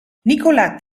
nicolas